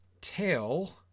tail